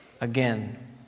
Again